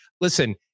listen